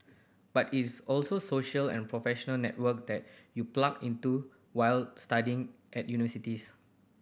but it is also social and professional network that you plug into while studying at universities